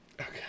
Okay